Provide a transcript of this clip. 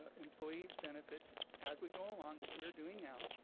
ah employee benefits as we go along, which we are doing now,